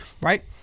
right